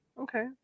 Okay